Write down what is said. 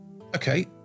Okay